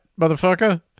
motherfucker